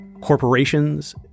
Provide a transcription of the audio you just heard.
corporations